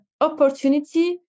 opportunity